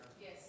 Yes